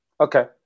Okay